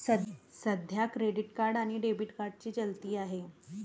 सध्या credit card आणि debit कार्डची चलती आहे